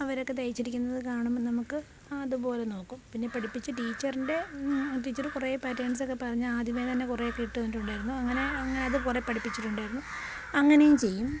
അവരൊക്കെ തയ്ച്ചിരിക്കുന്നത് കാണുമ്പോള് നമുക്ക് അതുപോലെ നോക്കും പിന്നെ പഠിപ്പിച്ച ടീച്ചറിൻ്റെ ടീച്ചർ കുറേ പാറ്റേൺസൊക്കെ പറഞ്ഞ് ആദ്യമേ കുറേയൊക്കെ ഇട്ട് തന്നിട്ടുണ്ടായിരുന്നു അങ്ങനെ അത് കുറേ പഠിപ്പിച്ചിട്ടുണ്ടായിരുന്നു അങ്ങനെയും ചെയ്യും